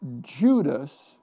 Judas